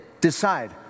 decide